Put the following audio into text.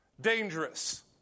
dangerous